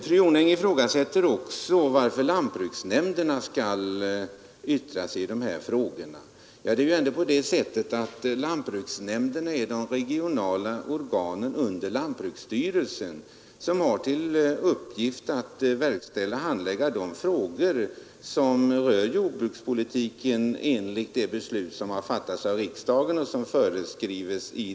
Fru Jonäng frågar vidare varför lantbruksnämnderna skall yttra sig i de här frågorna. Ja, det är ju ändå på det sättet att lantbruksnämnderna är de regionala organen under lantbruksstyrelsen som enligt instruktionen har till uppgift att handlägga frågor rörande jordbrukspolitiken enligt beslut som fattats av riksdagen.